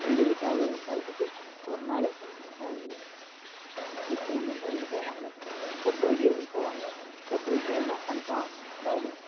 ரெண்டு வீட்டாரும் விசாரிச்சுட்டு ஒரு நாள் நிச்சியம் பண்ணுறதுக்கு போவாங்க பொட்டு வெக்கிறதுக்கு போவாங்க பொட்டு வெக்கிறதுன்னால் கன்ஃபார்ம் அதாவது